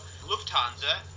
Lufthansa